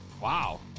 Wow